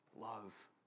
Love